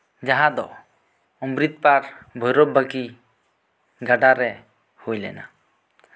ᱡᱟᱦᱟᱸ ᱫᱚ ᱚᱢᱨᱤᱛ ᱯᱟᱨ ᱵᱷᱳᱭᱨᱳᱵ ᱵᱟᱠᱤ ᱜᱟᱰᱟ ᱨᱮ ᱦᱩᱭ ᱞᱮᱱᱟ